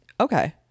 Okay